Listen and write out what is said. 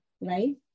right